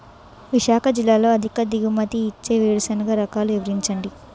విశాఖ జిల్లాలో అధిక దిగుమతి ఇచ్చే వేరుసెనగ రకాలు వివరించండి?